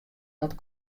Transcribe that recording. dat